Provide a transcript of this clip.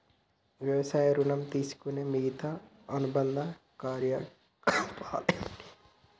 వ్యవసాయ ఋణం తీసుకునే మిగితా అనుబంధ కార్యకలాపాలు ఏమిటి?